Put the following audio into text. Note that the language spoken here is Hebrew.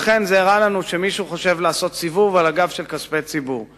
זה הראה לנו שמישהו חושב לעשות סיבוב על הגב של כספי ציבור.